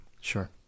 Sure